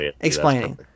explaining